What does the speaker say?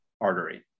artery